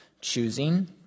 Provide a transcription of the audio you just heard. choosing